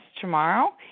tomorrow